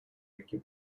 ricky